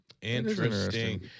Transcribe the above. interesting